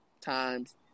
times